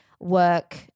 work